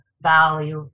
value